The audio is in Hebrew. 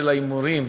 של ההימורים.